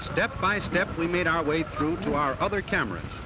step by step we made our way through to our other camera